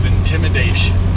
Intimidation